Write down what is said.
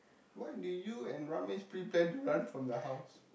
what do you and Ramesh pre-plan to run from the house